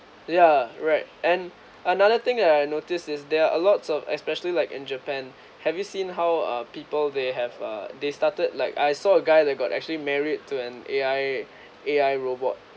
yeah right and another thing I I notice is there are a lots of especially like in japan have you seen how are people they have uh they started like I saw a guy there got actually married to an A_I A_I robot